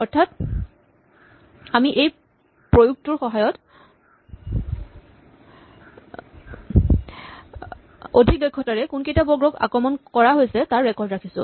অৰ্থাৎ আমি এই প্ৰয়োগটোৰ সহায়ত অধিক দক্ষতাৰে কোনকেইটা বৰ্গক আক্ৰমণ কৰা হৈছে তাৰ ৰেকৰ্ড ৰাখিছো